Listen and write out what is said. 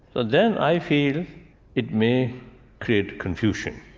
so then i feel it may create confusion.